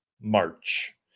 march